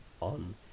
on